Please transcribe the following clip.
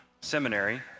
Seminary